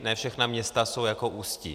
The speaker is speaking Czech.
Ne všechna města jsou jako Ústí.